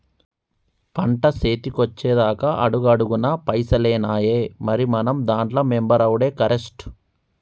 పంట సేతికొచ్చెదాక అడుగడుగున పైసలేనాయె, మరి మనం దాంట్ల మెంబరవుడే కరెస్టు